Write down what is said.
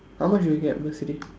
how much do you get bursary